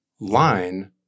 line